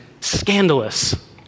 scandalous